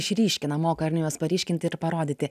išryškina moka ar ne juos paryškinti ir parodyti